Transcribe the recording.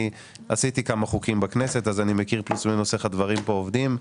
אני עשיתי כמה חוקים בכנסת ואני מכיר ויודע איך עובדים כאן הדברים.